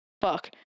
fuck